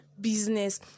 business